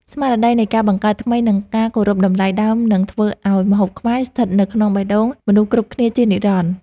ស្មារតីនៃការបង្កើតថ្មីនិងការគោរពតម្លៃដើមនឹងធ្វើឱ្យម្ហូបខ្មែរស្ថិតនៅក្នុងបេះដូងមនុស្សគ្រប់គ្នាជានិរន្តរ៍។